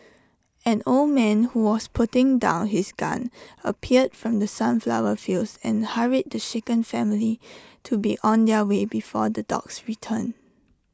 an old man who was putting down his gun appeared from the sunflower fields and hurried the shaken family to be on their way before the dogs return